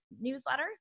newsletter